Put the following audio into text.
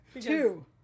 Two